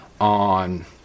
on